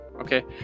Okay